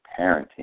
parenting